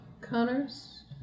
Connors